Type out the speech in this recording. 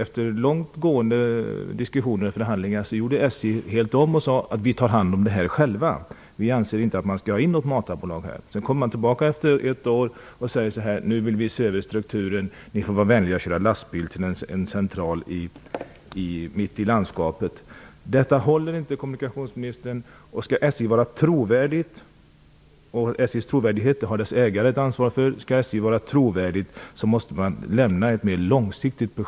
Efter långt gående diskussioner och förhandlingar gjorde SJ helt om och sade att man skulle ta hand om det själv. Man ansåg inte att ett matarbolag skulle tas in. Efter ett år kommer man tillbaka och säger att man vill se över strukturen och att de berörda får vara vänliga att köra lastbil till en central mitt i landskapet. Detta håller inte, kommunikationsministern. Skall SJ vara trovärdigt måste man lämna ett mer långsiktigt besked. SJ:s trovärdighet har dess ägare ett ansvar